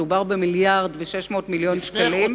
מדובר במיליארד ו-600 מיליון שקלים.